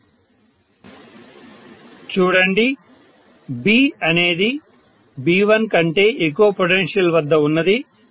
student 4457 professor చూడండి B అనేది B1 కంటే ఎక్కువ పొటెన్షియల్ వద్ద ఉన్నది